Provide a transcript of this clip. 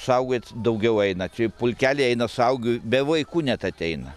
suaugę daugiau eina čia pulkeliai eina suaugę be vaikų net ateina